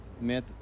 met